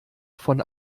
von